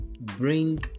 bring